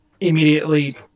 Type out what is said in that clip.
immediately